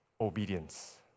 obedience